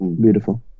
beautiful